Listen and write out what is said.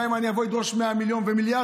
גם אם אני אבוא ואדרוש 100 מיליון ומיליארד,